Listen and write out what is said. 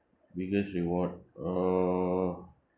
biggest reward uh